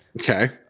Okay